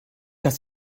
dass